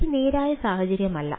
ഇത് നേരായ സാഹചര്യമല്ല